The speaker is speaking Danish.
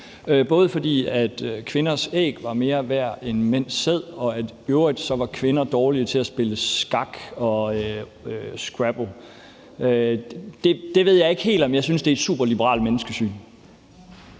både fordi kvinders æg var mere værd end mænds sæd, og i øvrigt var kvinder dårligere til at spille skak og scrabble. Det ved jeg ikke helt om jeg synes er et superliberalt menneskesyn.